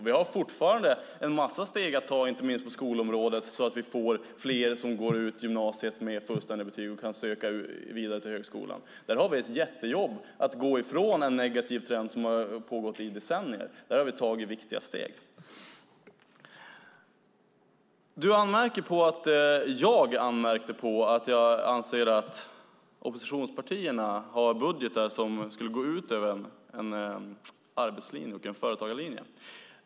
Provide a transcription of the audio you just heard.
Vi har fortfarande en massa steg att ta, inte minst på skolområdet så att vi får fler som går ut gymnasiet med fullständiga betyg och kan söka vidare till högskolan. Där har vi ett jättejobb med att gå ifrån en negativ trend som har pågått i decennier. Där har vi tagit viktiga steg. Du anmärkte på att jag anmärkte på att oppositionspartierna har budgetar som skulle gå ut över en arbetslinje och en företagarlinje.